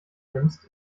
nimmst